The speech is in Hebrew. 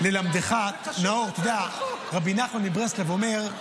ללמדך, נאור, אתה יודע, רבי נחמן מברסלב אומר: